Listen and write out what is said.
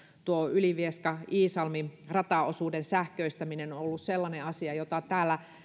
ylivieska iisalmi rataosuuden sähköistäminen on ollut sellainen asia jota täällä